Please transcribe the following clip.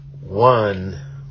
one